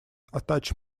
attach